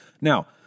Now